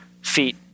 feet